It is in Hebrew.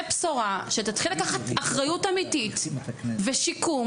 בשורה שתתחיל לקחת אחריות אמיתית ושיקום,